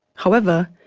however,